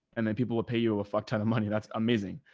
and then people will pay you a fuck ton of money. that's amazing.